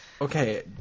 Okay